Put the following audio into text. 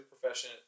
profession